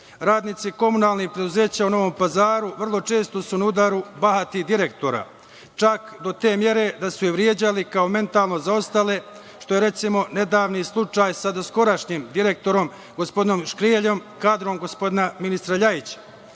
Radnici komunalnih preduzeća u Novom Pazaru vrlo su često na udaru bahatih direktora, čak do te mere da su ih vređali kao mentalno zaostale što je recimo nedavni slučaj sa doskorašnjim direktorom, gospodinom Škreljom, kadrom gospodina ministra Ljajića. Na